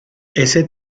ese